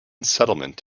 settlement